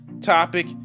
topic